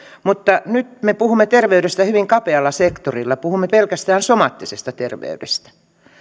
mutta nyt me puhumme terveydestä hyvin kapealla sektorilla puhumme pelkästään somaattisesta ter veydestä